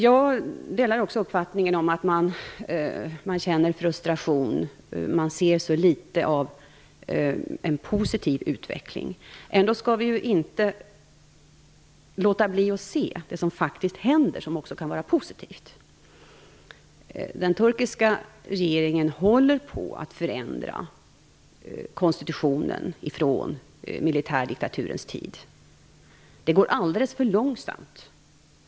Jag delar också uppfattningen att man känner en frustration eftersom man ser så lite av en positiv utveckling. Ändå skall vi inte låta bli att se det som faktiskt händer, som också kan vara positivt. Den turkiska regeringen håller på att förändra konstitutionen från militärdiktaturens tid. Det går alldeles för långsamt.